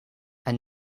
and